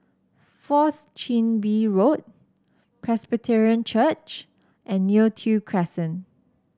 Fourth Chin Bee Road Presbyterian Church and Neo Tiew Crescent